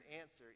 answer